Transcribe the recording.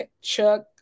Chuck